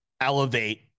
elevate